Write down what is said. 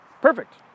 Perfect